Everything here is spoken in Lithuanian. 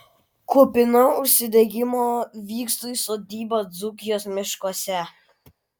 kupina užsidegimo vykstu į sodybą dzūkijos miškuose